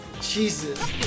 Jesus